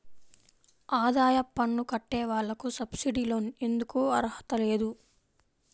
ఆదాయ పన్ను కట్టే వాళ్లకు సబ్సిడీ లోన్ ఎందుకు అర్హత లేదు?